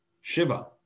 Shiva